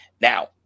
Now